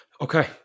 Okay